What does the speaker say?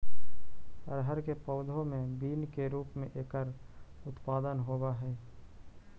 अरहर के पौधे मैं बीन के रूप में एकर उत्पादन होवअ हई